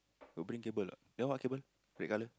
got bring cable or not then what cable red color